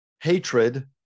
hatred